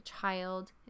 child